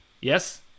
Yes